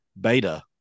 Beta